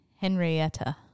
Henrietta